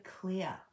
clear